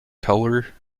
color